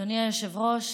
אדוני היושב-ראש,